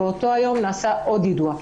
באותו היום נעשה עוד יידוע.